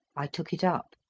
i took it up.